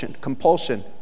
compulsion